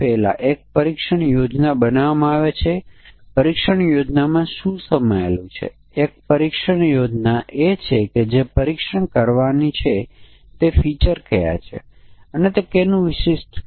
તેથી આ તે કાર્ય છે જે ફાઇલમાં સંગ્રહિત વિવિધ કર્મચારીઓની ઉંમર વાંચે છે અને પછી સરેરાશ ઉંમરની ગણતરી કરે છે અને પ્રિન્ટ કરે છે